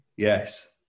yes